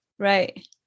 Right